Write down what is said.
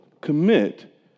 commit